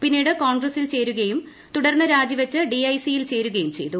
പിന്നീട് കോൺഗ്രസിൽ ചേരുകയും തുടർന്ന് രാജിവച്ചു ഡി ഐ സിയിൽ ചേരുകയും ചെയ്തു